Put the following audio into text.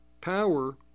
power